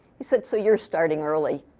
he said, so you're starting early.